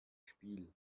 spiel